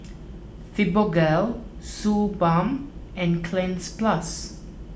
Fibogel Suu Balm and Cleanz Plus